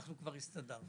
אנחנו כבר הסתדרנו".